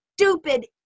stupid